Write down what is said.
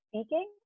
speaking